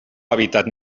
hàbitat